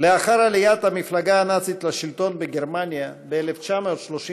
לאחר עליית המפלגה הנאצית לשלטון בגרמניה ב-1933,